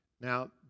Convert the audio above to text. Now